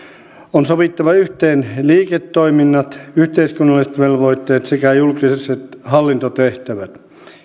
on sovitettava yhteen liiketoiminnat yhteiskunnalliset velvoitteet sekä julkiset hallintotehtävät